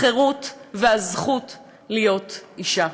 החירות והזכות להיות אישה.